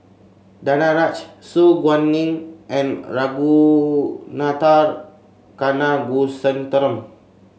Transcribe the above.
Danaraj Su Guaning and Ragunathar Kanagasuntheram